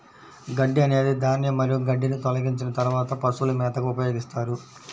గడ్డి అనేది ధాన్యం మరియు గడ్డిని తొలగించిన తర్వాత పశువుల మేతగా ఉపయోగిస్తారు